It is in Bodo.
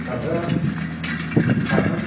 फिसाफ्रा साथाम